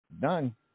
done